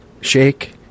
shake